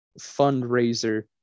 fundraiser